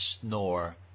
snore